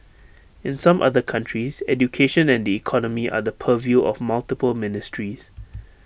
in some other countries education and the economy are the purview of multiple ministries